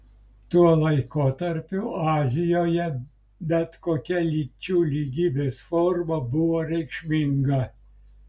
tuo laikotarpiu azijoje bet kokia lyčių lygybės forma buvo reikšminga